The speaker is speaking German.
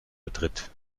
vertritt